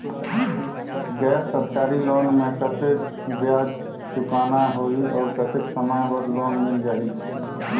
गैर सरकारी लोन मे कतेक ब्याज चुकाना होही और कतेक समय बर लोन मिल जाहि?